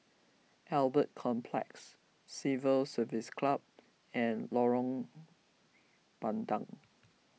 Albert Complex Civil Service Club and Lorong Bandang